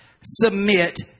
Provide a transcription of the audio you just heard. submit